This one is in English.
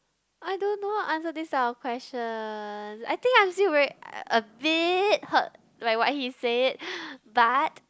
I don't know answer this type of questions I think I feel very a bit hurt like what he said but